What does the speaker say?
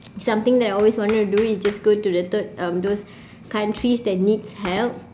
something that I always wanted to do is just go to the third um those countries that needs help